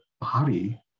body